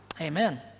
Amen